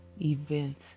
events